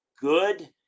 good